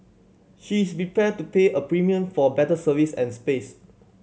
she is prepared to pay a premium for better service and space